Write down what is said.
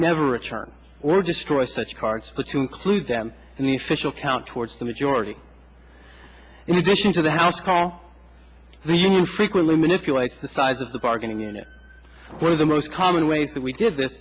never return or destroy such cards but to include them in the official count towards the majority in addition to the house call the union frequently manipulates the size of the bargaining unit one of the most common ways that we did